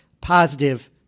positive